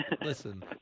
Listen